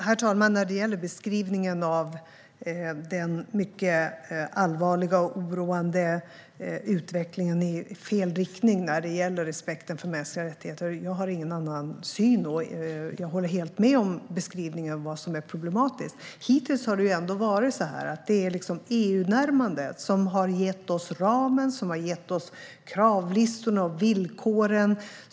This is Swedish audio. Herr talman! Jag håller helt med om beskrivningen av vad som är problematiskt och av den mycket allvarliga och oroande utvecklingen i fel riktning när det gäller respekten för mänskliga rättigheter. Jag har ingen annan syn. Hittills har det ändå varit EU-närmandet som har gett oss ramen, kravlistorna och villkoren.